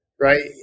right